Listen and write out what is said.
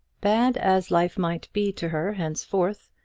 bad as life might be to her henceforth,